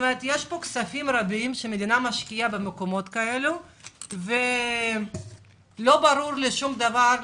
יש כספים רבים שהמדינה משקיעה במקומות האלה ולא ברור לי שום דבר,